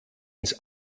ins